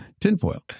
Tinfoil